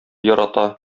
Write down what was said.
ярата